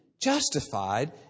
justified